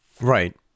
right